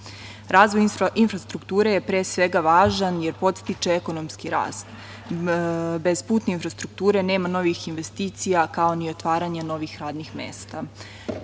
infrastrukture je, pre svega, važan jer podstiče ekonomski rast. Bez putne infrastrukture nema novih investicija, kao ni otvaranja novih radnih mesta. Putna